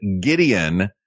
Gideon